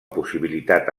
possibilitat